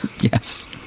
Yes